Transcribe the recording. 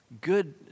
Good